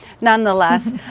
nonetheless